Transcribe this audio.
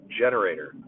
generator